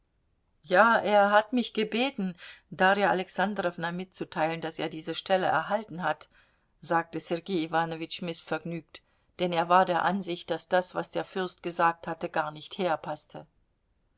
ja er hat mich gebeten darja alexandrowna mitzuteilen daß er diese stelle erhalten hat sagte sergei iwanowitsch mißvergnügt denn er war der ansicht daß das was der fürst gesagt hatte gar nicht